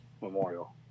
Memorial